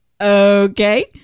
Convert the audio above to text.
okay